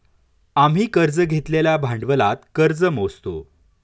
आम्ही कर्ज घेतलेल्या भांडवलात कर्ज मोजतो